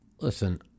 listen